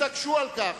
התעקשו על כך,